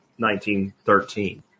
1913